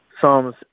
Psalms